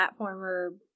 platformer